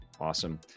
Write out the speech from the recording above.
Awesome